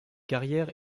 carrière